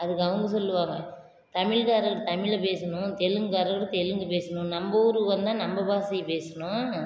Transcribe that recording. அதுக்கு அவங்க சொல்வாங்க தமிழ்காரர் தமிழில் பேசணும் தெலுங்குகாரர் தெலுங்கு பேசணும் நம்ம ஊருக்கு வந்தால் நம்ம பாஷைய பேசணும்